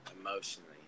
emotionally